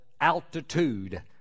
altitude